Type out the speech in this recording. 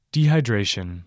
Dehydration